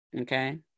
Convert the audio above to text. okay